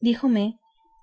díjome